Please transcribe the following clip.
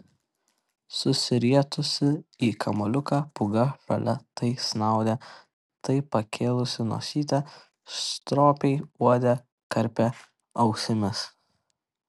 susirietusi į kamuoliuką pūga šalia tai snaudė tai pakėlusi nosytę stropiai uodė karpė ausimis